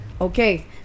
Okay